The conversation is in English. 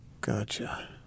gotcha